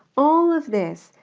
all of this,